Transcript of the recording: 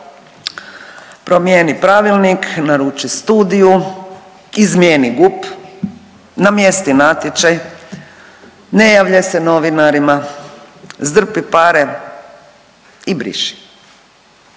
promijeni pravilnik, naruči studiju, izmijeni GUP, namjesti natječaj, ne javljaj se novinarima, zdrpi pare i briši.